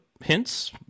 hints